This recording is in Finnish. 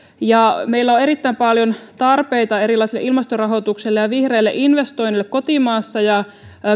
meillä on erittäin paljon tarpeita erilaiselle ilmastorahoitukselle ja vihreille investoinneille kotimaassa ja